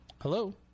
Hello